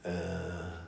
err